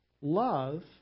love